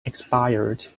expired